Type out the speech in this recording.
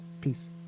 Peace